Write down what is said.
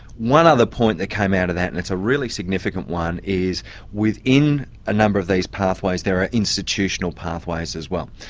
one other point that came out of that, and it's a really significant one, is within a number of these pathways there are institutional pathways as well.